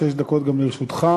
שש דקות גם לרשותך.